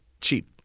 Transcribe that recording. cheap